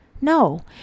No